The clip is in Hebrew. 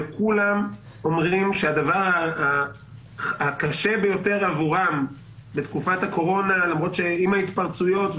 וכולם אומרים שהדבר הקשה ביותר עבורם בתקופת הקורונה עם ההתפרצויות,